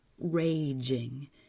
raging